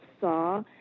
saw